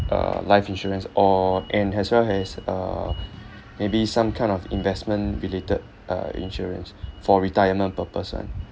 uh life insurance or and as well has uh maybe some kind of investment related uh insurance for retirement per person